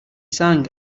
sang